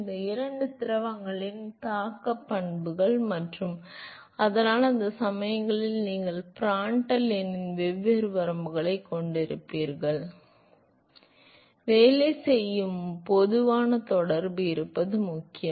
இந்த இரண்டு திரவங்களின் தாக்கப் பண்புகள் மற்றும் அதனால் அந்தச் சமயங்களில் நீங்கள் பிராண்டல் எண்ணின் வெவ்வேறு வரம்புகளைக் கொண்டிருப்பீர்கள் எனவே வேலை செய்யும் பொதுவான தொடர்பு இருப்பது முக்கியம்